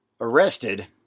arrested